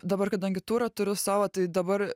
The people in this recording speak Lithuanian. dabar kadangi turą turiu savo tai dabar